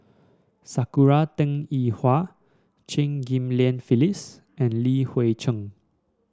Sakura Teng Ying Hua Chew Ghim Lian Phyllis and Li Hui Cheng